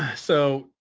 so,